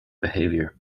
behavior